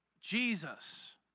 Jesus